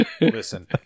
Listen